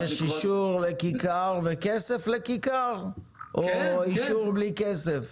יש אישור לכיכר וכסף לכיכר, או אישור בלי כסף?